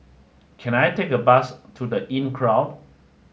can I take a bus to The Inncrowd